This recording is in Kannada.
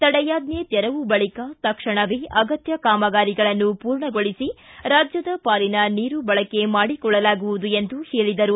ತಡೆಯಾಜ್ಜೆ ತೆರವು ಬಳಿಕ ತಕ್ಷಣವೇ ಅಗತ್ಯ ಕಾಮಗಾರಿಗಳನ್ನು ಪೂರ್ಣಗೊಳಿಸಿ ರಾಜ್ಯದ ಪಾಲಿನ ನೀರು ಬಳಕೆ ಮಾಡಿಕೊಳ್ಳಲಾಗುವುದು ಎಂದರು